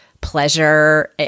pleasure